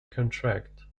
contract